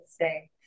say